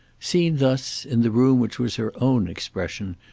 seen thus, in the room which was her own expression,